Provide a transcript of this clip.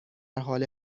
حال